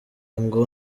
ngo